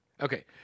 Okay